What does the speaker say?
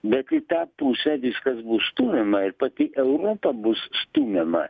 bet į tą pusę viskas bus stumiama ir pati europa bus stumiama